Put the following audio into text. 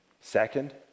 Second